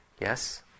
yes